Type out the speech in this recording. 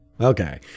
Okay